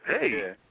Hey